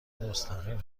مستقیم